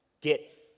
Get